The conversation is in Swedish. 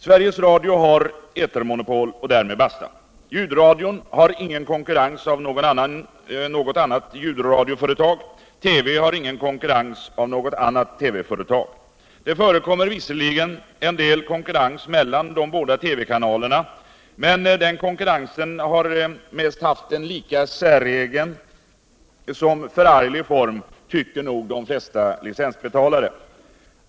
Sveriges Radio har etermonopol och därmed basta. Ljudradion har ingen konkurrens av något annat ljudradioföretag. TV har ingen konkurrens av något annat TV-företag. Det förekommer visserligen en del konkurrens mellan de båda TV-kanalerna, men den konkurrensen har mest haft en lika säregen som förareglig form, tycker nog de flesta licensbetalare.